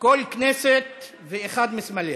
כל כנסת ואחד מסמליה.